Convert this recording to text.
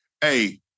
Hey